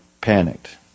panicked